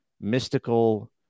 mystical